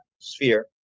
sphere